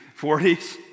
40s